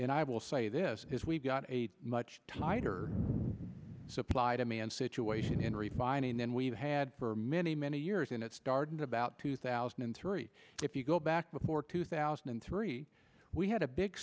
and i will say this is we've got a much tighter supply demand situation in refining than we've had for many many years and it started about two thousand and three you go back before two thousand and three we had a big